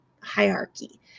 hierarchy